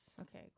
Okay